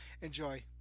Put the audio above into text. Enjoy